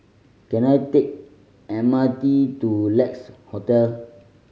can I take M R T to Lex Hotel